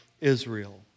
Israel